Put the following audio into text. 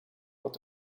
tot